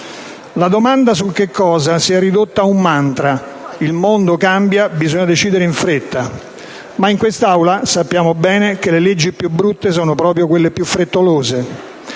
La domanda sul che cosa si è ridotta ad un mantra: il mondo cambia e bisogna decidere in fretta. Ma in quest'Aula sappiamo bene che le leggi più brutte sono proprio quelle più frettolose: